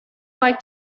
like